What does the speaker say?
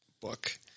book